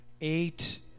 eight